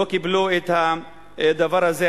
לא קיבלו את הדבר הזה,